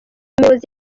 muyobozi